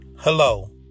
Hello